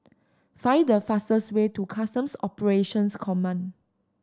find the fastest way to Customs Operations Command